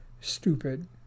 stupid